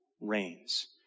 reigns